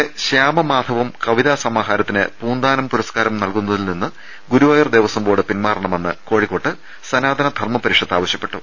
പ്രഭാവർമ്മയുടെ ശ്യാമമാധവം കവിതാസമാഹാരത്തിന് പൂന്താനം പുരസ് കാരം നൽകുന്നതിൽ നിന്ന് ഗുരുവായൂർ ദേവസ്ഥം ബോർഡ് പിന്മാറണമെന്ന് കോഴിക്കോട്ട് സനാതന് ധർമ്മപരിഷത്ത് ആവശ്യപ്പെട്ടു